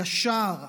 ישר,